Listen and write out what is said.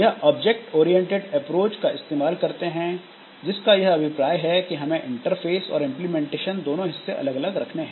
यह object oriented approach का इस्तेमाल करते हैं जिसका यह अभिप्राय है कि हमें इंटरफ़ेस और इंप्लीमेंटेशन दोनों हिस्से अलग अलग रखने हैं